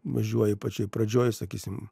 važiuoji pačioj pradžioj sakysim